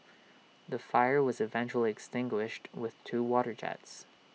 the fire was eventually extinguished with two water jets